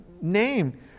name